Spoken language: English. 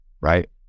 Right